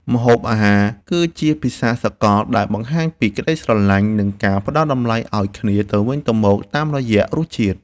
ម្ហូបអាហារគឺជាភាសាសកលដែលបង្ហាញពីក្តីស្រឡាញ់និងការផ្តល់តម្លៃឱ្យគ្នាទៅវិញទៅមកតាមរយៈរសជាតិ។